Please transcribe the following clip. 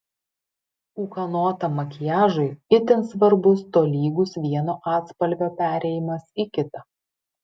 ūkanotam makiažui itin svarbus tolygus vieno atspalvio perėjimas į kitą